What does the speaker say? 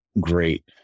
great